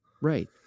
right